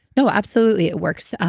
no, absolutely it works.